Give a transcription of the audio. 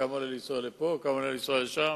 כמה עולה לנסוע לפה, כמה עולה לנסוע לשם?